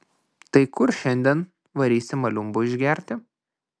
tai kur šiandien varysim aliumbo išgert